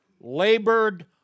labored